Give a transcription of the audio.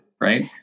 Right